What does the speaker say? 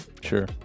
Sure